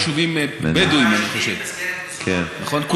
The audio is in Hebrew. חושב, נכון?